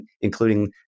including